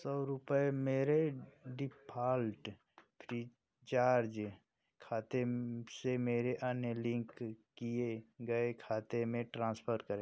सौ रुपये मेरे डिफ़ॉल्ट फ़्रीचार्ज खाते से मेरे अन्य लिंक किए गए खाते में ट्रांसफ़र करें